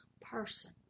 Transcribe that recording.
person